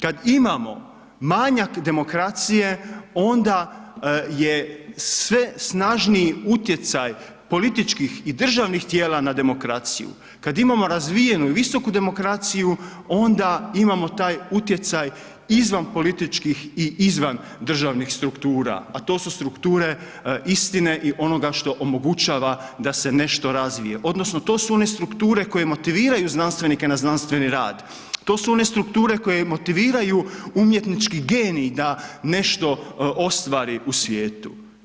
Kad imamo manjak demokracije onda je sve snažniji utjecaj političkih i državnih tijela na demokraciju, kad imamo razvijenu visoku demokraciju, onda imamo taj utjecaj izvan političkih i izvan državnih struktura, a to su strukture istine i onoga što omogućava da se nešto razvije, odnosno to su one strukture koje motiviraju znanstvenike na znanstveni rad, to su one strukture koje motiviraju umjetnički genij da nešto ostvari u svijetu.